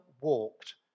walked